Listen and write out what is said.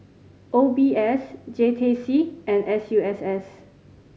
O B S J T C and S U S S